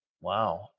Wow